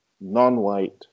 non-white